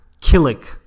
Killick